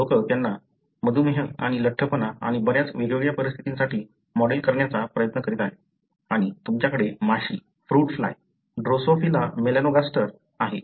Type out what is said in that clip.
लोक त्यांना मधुमेह आणि लठ्ठपणा आणि बऱ्याच वेगवेगळ्या परिस्थितींसाठी मॉडेल करण्याचा प्रयत्न करीत आहेत आणि तुमच्याकडे माशी फ्रूट फ्लाय ड्रोसोफिला मेलॅनोगास्टर आहे